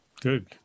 Good